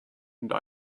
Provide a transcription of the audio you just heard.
and